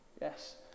Yes